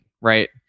right